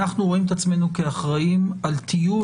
אנחנו רואים את עצמנו כאחראים על טיוב